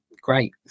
great